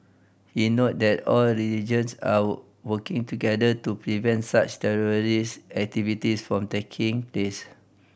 he noted that all religions are working together to prevent such terrorist activities from taking place